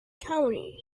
county